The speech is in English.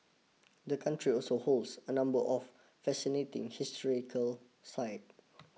the country also holds a number of fascinating historical site